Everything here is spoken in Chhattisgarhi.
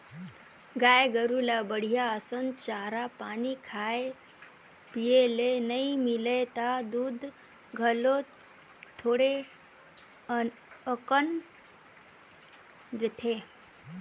गाय गोरु ल बड़िहा असन चारा पानी खाए पिए ले नइ मिलय त दूद घलो थोरहें अकन देथे